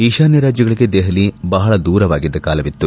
ಈಶಾನ್ಯ ರಾಜ್ಯಗಳಿಗೆ ದೆಹಲಿ ಬಹಳ ದೂರವಾಗಿದ್ದ ಕಾಲವಿತ್ತು